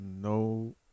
No